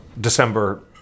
december